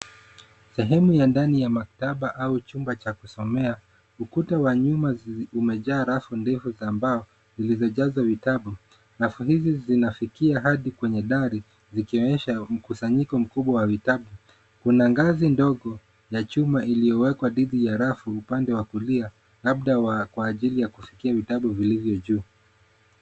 Sehemu ya ndani ya maktaba au chumba cha kusomea. Ukuta wa nyuma umejaa rafu ndefu za mbao zilizojazwa vitabu. Rafu hizi zinafikia hadi kwenye dari zikionyesha mkusanyiko mkubwa wa vitabu. Kuna ngazi ndogo ya chuma iliyowekwa dhidi ya rafu upande wa kulia labda kwa ajili ya kufikia vitabu vilivyo juu.